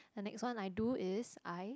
the next one I do is I